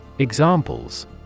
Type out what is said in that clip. Examples